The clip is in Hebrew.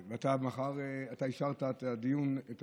אתה אישרת את הדיון, את